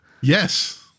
Yes